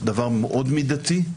דבר מאוד מידתי,